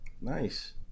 Nice